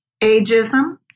ageism